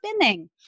spinning